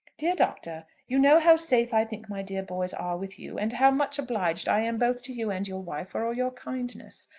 dear doctor you know how safe i think my dear boys are with you, and how much obliged i am both to you and your wife for all your kindness.